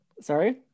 Sorry